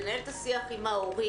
לנהל את השיח עם ההורים.